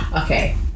Okay